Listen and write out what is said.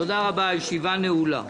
תודה רבה, הישיבה נעולה.